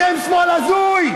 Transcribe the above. אתם שמאל הזוי.